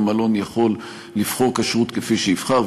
כל מלון יכול לבחור כשרות כפי שיבחר.